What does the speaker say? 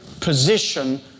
position